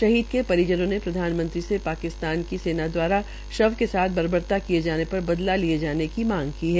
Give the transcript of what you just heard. शहीद के परिजनों ने प्रधानमंत्री से पाकिस्तान की सेना द्वारा शव के साथ बर्बरता किये जाने पर बदला लिए जाने की मांग की है